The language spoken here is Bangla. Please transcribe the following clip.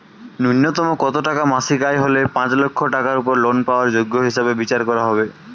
ন্যুনতম কত টাকা মাসিক আয় হলে পাঁচ লক্ষ টাকার উপর লোন পাওয়ার যোগ্য হিসেবে বিচার করা হবে?